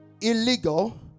illegal